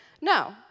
No